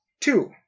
two